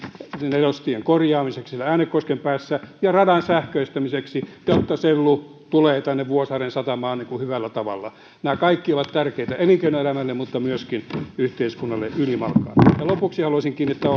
nelostien korjaamiseksi äänekosken päässä ja radan sähköistämiseksi jotta sellu tulee tänne vuosaaren satamaan hyvällä tavalla nämä kaikki ovat tärkeitä elinkeinoelämälle mutta myöskin yhteiskunnalle ylimalkaan lopuksi haluaisin kiinnittää